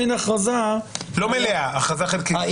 לא מלאה, הכרזה חלקית.